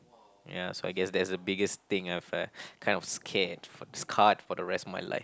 ya so I guess that's the biggest thing I've uh kind of scared for scarred for the rest of my life